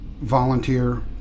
volunteer